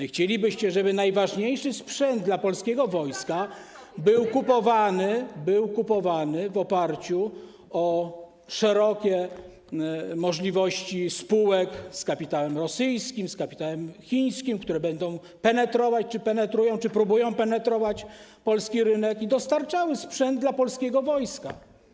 i chcielibyście, żeby najważniejszy sprzęt dla polskiego wojska był kupowany w oparciu o szerokie możliwości spółek z kapitałem rosyjskim, z kapitałem chińskim, które będą penetrować, penetrują czy próbują penetrować polski rynek, i żeby one dostarczały sprzęt dla polskiego wojska.